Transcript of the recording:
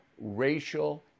racial